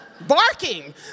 Barking